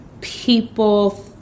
people